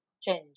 change